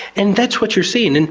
and that's what you're seeing. and